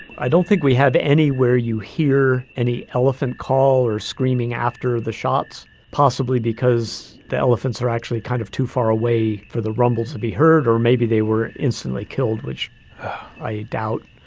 i don't think we have any where you hear any elephant call or screaming after the shots, possibly because the elephants are actually kind of too far away for the rumble to be heard. or maybe they were instantly killed, which i doubt.